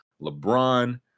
LeBron